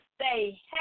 say